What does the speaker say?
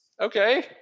okay